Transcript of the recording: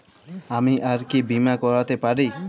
আমি আর কি বীমা করাতে পারি?